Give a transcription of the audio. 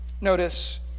Notice